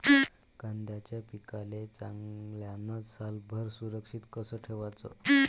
कांद्याच्या पिकाले चांगल्यानं सालभर सुरक्षित कस ठेवाचं?